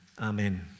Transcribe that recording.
amen